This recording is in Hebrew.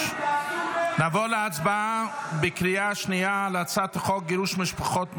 נעבור להצבעה בקריאה שנייה על הצעת חוק גירוש משפחות מחבלים,